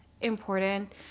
important